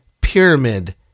pyramid